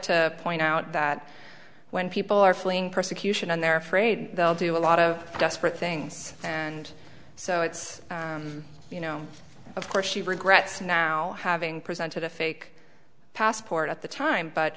to point out that when people are fleeing persecution and they're afraid they'll do a lot of desperate things and so it's you know of course she regrets now having presented a fake passport at the time but